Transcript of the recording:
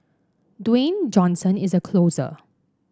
Dwayne Johnson is a closer